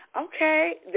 Okay